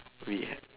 we